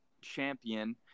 champion